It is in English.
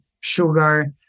sugar